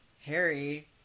Harry